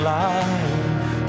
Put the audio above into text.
life